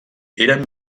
eren